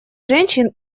женщин